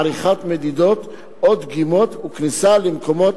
עריכת מדידות או דגימות וכניסה למקומות,